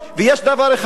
ויש דבר אחד: